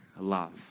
love